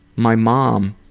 my mom,